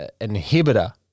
inhibitor